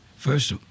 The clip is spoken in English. First